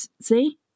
see